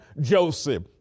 Joseph